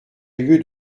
lieu